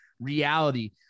reality